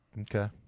Okay